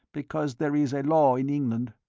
because there is a law in england.